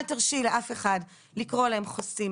אל תרשי לאף אחד לקרוא להם חוסים.